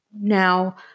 Now